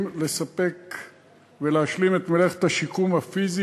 סובלים תושבי קריית-שמונה והאזור מהפעלה